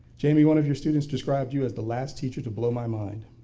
jamie one of your students described you at the last teacher to blow my mind.